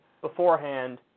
beforehand